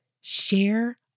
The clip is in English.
share